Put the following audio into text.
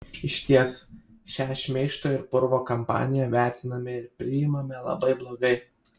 išties šią šmeižto ir purvo kampaniją vertiname ir priimame labai blogai